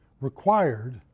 required